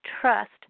trust